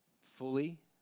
fully